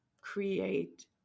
create